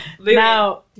Now